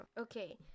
Okay